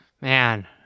Man